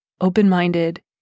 open-minded